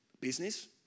business